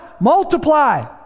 multiply